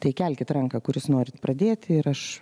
tai kelkit ranką kuris norit pradėti ir aš